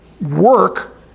work